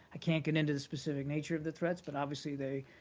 i can't get into the specific nature of the threats, but obviously they